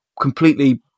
completely